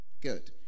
Good